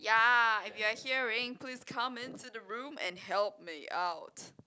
ya if you are hearing please come into the room and help me out